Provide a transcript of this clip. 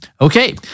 Okay